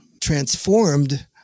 transformed